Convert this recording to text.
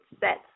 sets